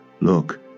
Look